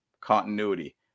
continuity